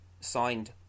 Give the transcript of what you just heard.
signed